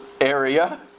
area